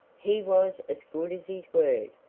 he was as good as his word.